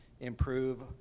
improve